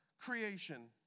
creation